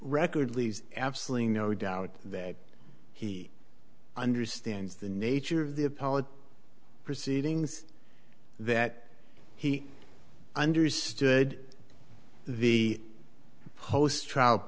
record leaves absolutely no doubt that he understands the nature of the apology proceedings that he understood the post trial